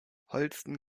holsten